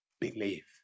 believe